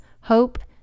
hope